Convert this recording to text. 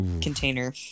Container